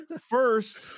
first